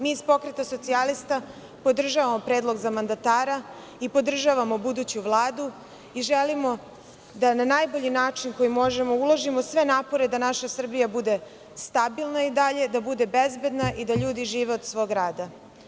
Mi iz Pokreta socijalista podržavamo predlog za mandatara i podržavamo buduću Vladu i želimo da na najbolji način koji možemo uložimo sve napore da naša Srbija bude stabilna i dalje, da bude bezbedna i da ljudi žive od svog rada.